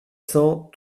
cents